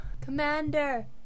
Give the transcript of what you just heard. Commander